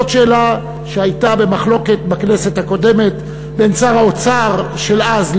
זאת שאלה שהייתה במחלוקת בכנסת הקודמת בין שר האוצר של אז,